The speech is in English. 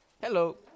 Hello